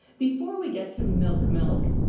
before we get to milk-milk,